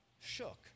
shook